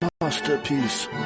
masterpiece